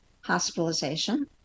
hospitalization